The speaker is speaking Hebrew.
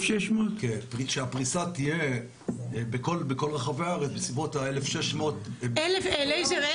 כשהפריסה תהיה בכל רחבי הארץ בסביבות ה-1,600 --- לייזר,